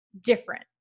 different